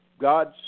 God's